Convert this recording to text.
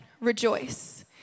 Rejoice